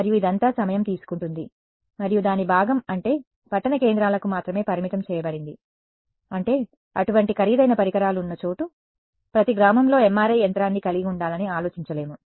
మరియు ఇదంతా సమయం తీసుకుంటుంది మరియు దాని భాగం అంటే పట్టణ కేంద్రాలకు మాత్రమే పరిమితం చేయబడింది అంటే అటువంటి ఖరీదైన పరికరాలు ఉన్న చోటు ప్రతి గ్రామంలో MRI యంత్రాన్ని కలిగి ఉండాలని ఆలోచించలేము